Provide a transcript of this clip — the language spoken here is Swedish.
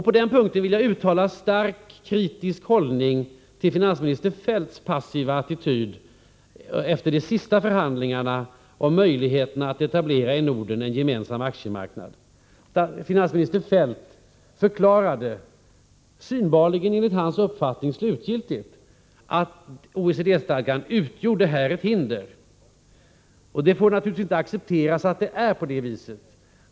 På den punkten vill jag inta en starkt kritisk hållning till finansminister Feldts passiva attityd efter de senaste förhandlingarna om möjligheten att i Norden etablera en gemensam aktiemarknad. Finansminister Feldt förklarade, synbarligen enligt hans uppfattning slutgiltigt, att OECD-stadgan här utgjorde ett hinder. Det får naturligtvis inte accepteras att det är på det viset.